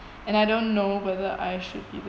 and I don't know whether I should be